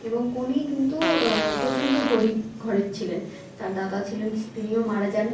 এবং কোনি কিন্তু প্রচণ্ড গরিব ঘরের ছিলেন তার দাদা ছিলেন তিনিও মারা যান